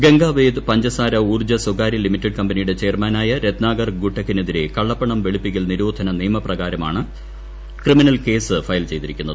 ഗംഗാഖേദ് പഞ്ചസാര ഊർജ്ജ സ്വകാരൃ ലിമിറ്റഡ് കമ്പനിയുടെ ചെയർമാനായ രത്നാകർ ഗുട്ടെക്കിന് എതിരെ കള്ളപ്പണം വെളുപ്പിക്കൽ നിരോധന നിയമപ്രകാരമാണ് ക്രിമിനൽ കേസ് ഫയൽ ചെയ്തിരിക്കുന്നത്